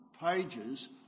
pages